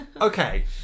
Okay